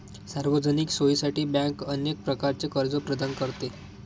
सार्वजनिक सोयीसाठी बँक अनेक प्रकारचे कर्ज प्रदान करते